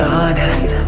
honest